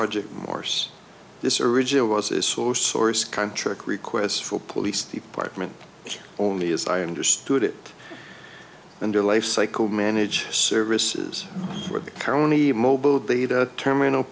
project morse this original was a source source contract requests for police department only as i understood it under lifecycle manage services for the county mobile data terminal